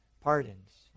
Pardons